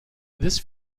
this